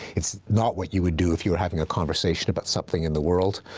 it's not what you would do if you were having a conversation about something in the world.